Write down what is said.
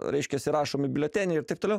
reiškiasi rašomi biuleteniai ir taip toliau